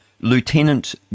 Lieutenant